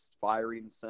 firing